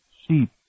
Sheep